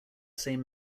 same